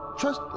trust